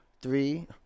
Three